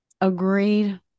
Agreed